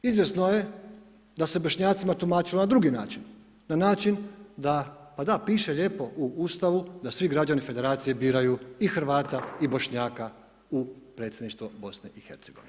Izvjesno je da se Bošnjacima tumačilo na drugi način, na način da, pa da, piše lijepo u Ustavu da svi građani Federacije biraju i Hrvata i Bošnjaka u predsjedništvo BiH.